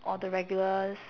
all the regulars